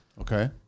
Okay